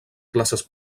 classes